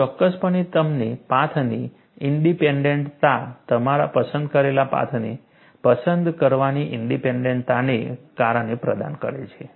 તે ચોક્કસપણે તમને પાથની ઇન્ડીપેન્ડન્ટતા તમારા પસંદ કરેલા પાથને પસંદ કરવાની ઇન્ડીપેન્ડન્ટતાને કારણે પ્રદાન કરે છે